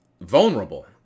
vulnerable